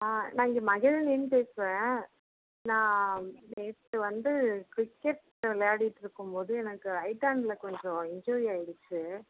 ஆ நான் இங்க மகிழினின்னு பேசுகிறேன் நான் நேற்று வந்து க்ரிக்கெட் விளையாடிட்டு இருக்கும்போது எனக்கு ரைட் ஹாண்டில் கொஞ்சம் இஞ்ஜூரி ஆகிடுச்சி